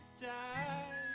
die